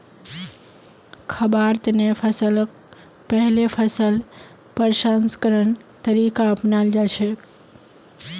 खाबार तने फसलक पहिले फसल प्रसंस्करण तरीका अपनाल जाछेक